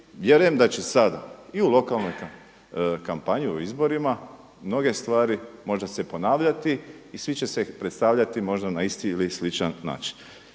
vjerujem da će sada i u lokalnoj kampanji, u izborima mnoge stvari možda se ponavljati i svi će se predstavljati možda na isti ili sličan način.